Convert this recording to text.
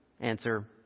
answer